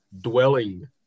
dwelling